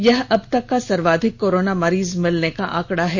यह अबतक का सर्वाधिक कोरोना मरीज मिलने का आंकड़ा है